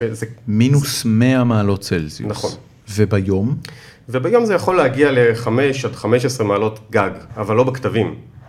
מינוס 100 מעלות צלזיוס, וביום? וביום זה יכול להגיע ל-5 עד 15 מעלות גג, אבל לא בכתבים.